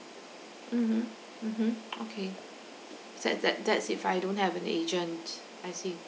mmhmm mmhmm okay set that that's if I don't have an agent I see